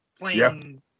playing